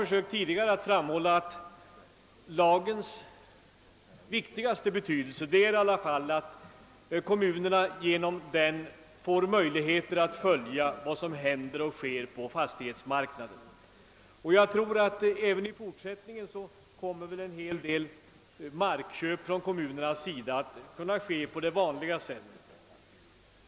Jag har tidigare framhållit att lagens största betydelse i alla fall ligger däri att kommunerna genom den får möjligheter att följa vad som händer och sker på fastighetsmarknaden. Även i fortsättningen kommer väl en hel del markköp för kommunernas del att kunna ske på det vanliga sättet.